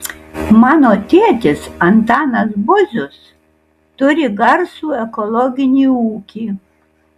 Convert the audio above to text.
mano tėtis antanas būzius turi garsų ekologinį ūkį